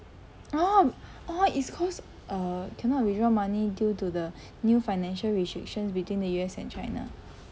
orh orh is cause err cannot withdraw money due to the new financial restriction between the U_S and china